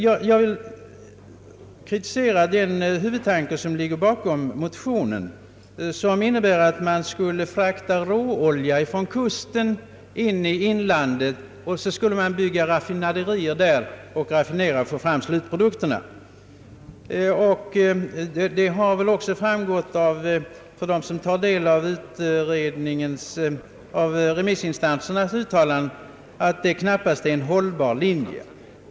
Jag vill kritisera den huvudtanke som ligger bakom motionen, nämligen att man skulle frakta råolja från kusten in till inlandet och där bygga raffinaderier och få fram slutprodukterna. Den som tar del av remissinstansernas uttalanden har väl också funnit att detta knappast är en hållbar linje.